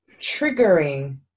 triggering